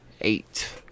eight